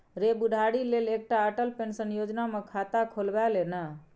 रे बुढ़ारी लेल एकटा अटल पेंशन योजना मे खाता खोलबाए ले ना